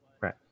Right